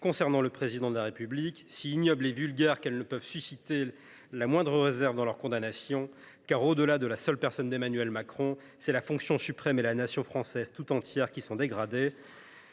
Dmitri Medvedev à son égard, si ignobles et vulgaires qu’elles ne peuvent susciter la moindre réserve dans leur condamnation. En effet, au delà de la personne d’Emmanuel Macron, c’est la fonction suprême et la nation française tout entière qui sont dégradées.